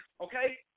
okay